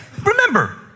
Remember